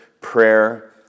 prayer